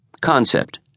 Concept